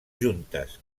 juntes